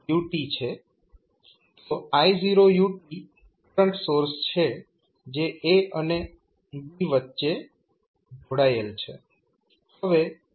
તો I0u current source છે જે a અને b ની વચ્ચે જોડાયેલ છે